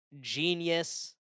genius